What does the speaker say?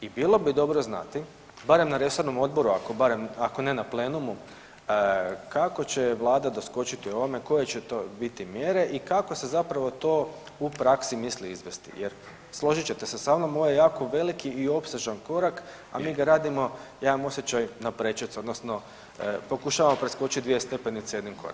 I bilo bi dobro znati barem na resornom odboru ako ne na plenumu kako će Vlada doskočiti ovome, koje će to biti mjere i kako se zapravo to u praksi misli izvesti jer složit će se sa mnom, ovo je jako veliki i opsežan korak, a mi ga radimo imamo osjećaj na prečac odnosno pokušava preskočiti dvije stepenice jednim korakom.